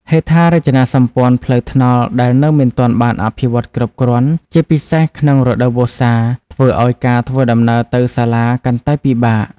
ហេដ្ឋារចនាសម្ព័ន្ធផ្លូវថ្នល់ដែលនៅមិនទាន់បានអភិវឌ្ឍគ្រប់គ្រាន់ ជាពិសេសក្នុងរដូវវស្សា ធ្វើឱ្យការធ្វើដំណើរទៅសាលាកាន់តែពិបាក។